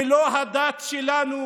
ולא הדת שלנו